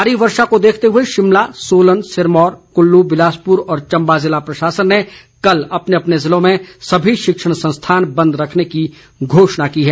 भारी वर्षा को देखते हुए शिमला सोलन सिरमौर कुल्लू बिलासपुर व चम्बा ज़िला प्रशासन ने कल अपने अपने ज़िलों में सभी शिक्षण संस्थान बंद रखने की घोषणा की है